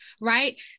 Right